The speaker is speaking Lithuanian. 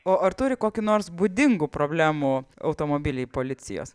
o ar turi kokių nors būdingų problemų automobiliai policijos